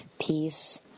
peace